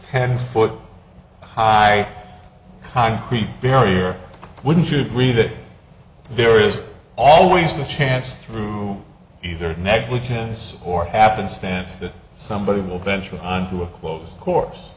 ten foot high concrete barrier wouldn't you agree that there is always the chance through either of negligence or happenstance that somebody will venture on to a closed course